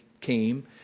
came